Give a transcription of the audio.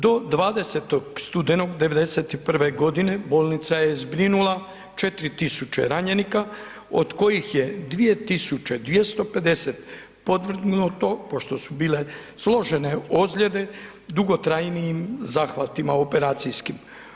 Do 20. studenoga 91. godine bolnica je zbrinula 4 tisuće ranjenika od kojih je 2 tisuće 250 podvrgnuto pošto su bile složene ozljede dugotrajnijim zahvatima operacijskim.